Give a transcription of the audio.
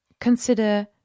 consider